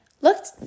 looked